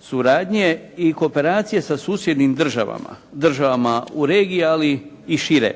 suradnje i kooperacije sa susjednim državama, državama u regiji, ali i šire.